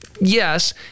Yes